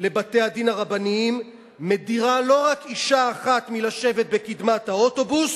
לבתי-הדין הרבניים מדירה לא רק אשה אחת מלשבת בקדמת האוטובוס